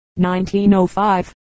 1905